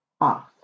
Off